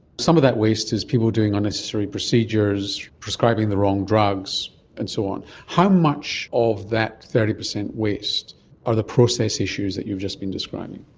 some of that waste is people doing unnecessary procedures, prescribing the wrong drugs and so on. how much of that thirty percent waste are the process issues that you've just been describing?